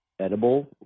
edible